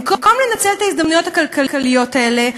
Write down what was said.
במקום לנצל את ההזדמנויות הכלכליות האלה,